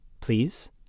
Please